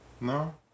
No